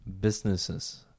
businesses